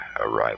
arrival